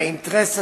האינטרס הציבורי,